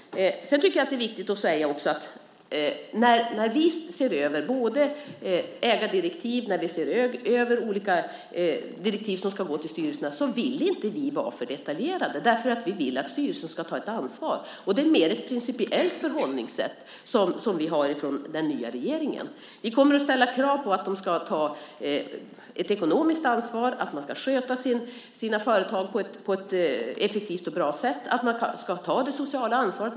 Det är också viktigt att säga att när vi ser över både ägardirektiv och olika direktiv som ska gå till styrelserna vill vi inte vara för detaljerade, därför att vi vill att styrelserna ska ta ett ansvar. Det är mer ett principiellt förhållningssätt som vi har från den nya regeringen. Vi kommer att ställa krav på att de ska ta ett ekonomiskt ansvar, att de ska sköta sina företag på ett effektivt och bra sätt och att de ska ta det sociala ansvaret.